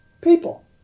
people